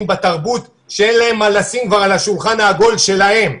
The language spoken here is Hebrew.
בתרבות שאין להם מה לשים על השולחן העגול שלהם,